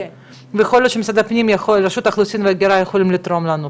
יכול להיות שמשרד הפנים ורשות האוכלוסין וההגירה יכולים לתרום לנו פה,